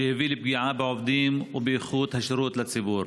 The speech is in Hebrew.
שהביא לפגיעה בעובדים ובאיכות השירות לציבור.